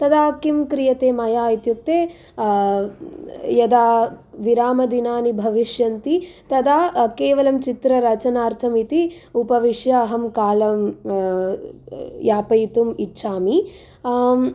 तदा किं क्रियते मया इत्युक्ते यदा विरामदिनानि भविष्यन्ति तदा केवलं चित्ररचनार्थम् इति उपविश्य अहं कालं यापयितुम् इच्छामि